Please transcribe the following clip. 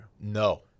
No